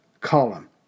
column